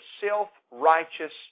self-righteous